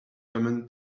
common